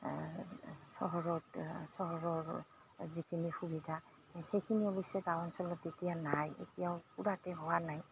চহৰত চহৰৰ যিখিনি সুবিধা সেইখিনি অৱশ্যে গাঁও অঞ্চলত এতিয়া নাই এতিয়াও পূৰাকৈ হোৱা নাই